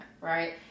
right